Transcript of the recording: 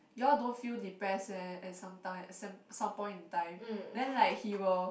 you all don't feel depress meh at sometime at some point in time then like he will